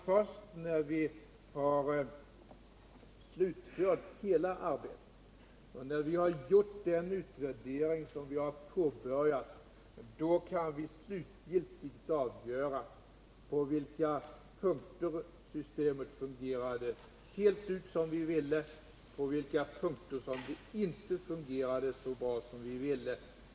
Först när vi har slutfört hela arbetet och när vi har gjort den utvärdering som vi har påbörjat kan vi slutligt avgöra på vilka punkter systemet fungerade helt ut som vi ville och på vilka punkter det inte fungerade så bra som vi hade önskat.